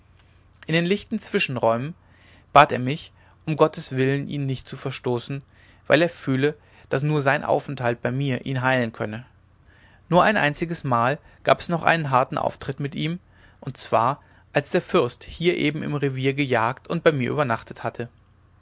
in den lichten zwischenräumen bat er mich um gottes willen ihn nicht zu verstoßen weil er fühle daß nur sein aufenthalt bei mir ihn heilen könne nur ein einziges mal gab es noch einen harten auftritt mit ihm und zwar als der fürst hier eben im revier gejagt und bei mir übernachtet hatte